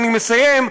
אני מסיים,